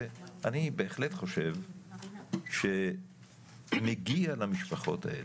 ואני בהחלט חושב שמגיע למשפחות האלה,